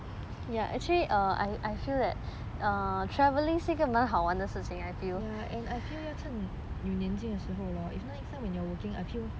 and I feel 要趁 you 年轻的时候 lor if next time when you're working I feel